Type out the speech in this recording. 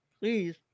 please